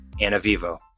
Anavivo